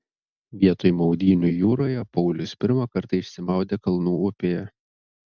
vietoj maudynių jūroje paulius pirmą kartą išsimaudė kalnų upėje